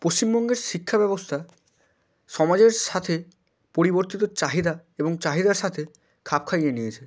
পশ্চিমবঙ্গের শিক্ষাব্যবস্থা সমাজের সাথে পরিবর্তিত চাহিদা এবং চাহিদার সাথে খাপ খাইয়ে নিয়েছে